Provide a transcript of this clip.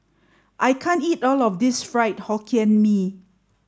I can't eat all of this Fried Hokkien Mee